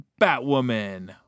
Batwoman